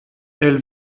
elle